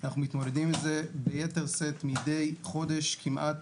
אנחנו מתמודדים עם זה ביתר שאת מדי חודש כמעט,